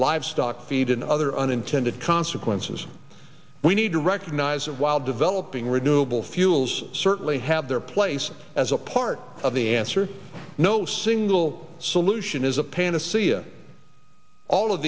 livestock feed and other unintended consequences we need to recognize that while developing renewable fuels certainly have their place as a part of the answer no single solution is a panacea all of